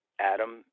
Adam